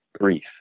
brief